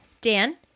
Dan